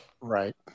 Right